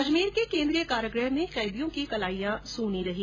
अजमेर के केन्द्रीय कारागृह में कैदियों की कलाइयां सुनी रहीं